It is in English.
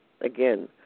again